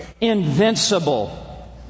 invincible